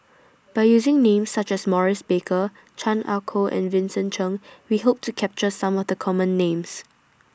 By using Names such as Maurice Baker Chan Ah Kow and Vincent Cheng We Hope to capture Some of The Common Names